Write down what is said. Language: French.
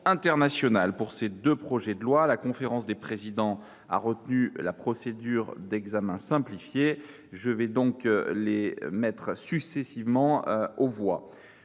internationales. Pour ces deux projets de loi, la conférence des présidents a retenu la procédure d’examen simplifié. Je vais donc les mettre successivement aux voix.